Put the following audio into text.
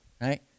right